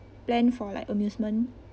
plan for like amusement